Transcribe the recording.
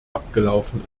abgelaufen